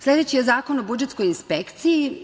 Sledeći je Zakon o budžetskoj inspekciji.